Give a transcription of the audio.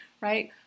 right